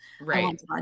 Right